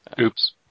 Oops